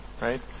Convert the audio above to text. right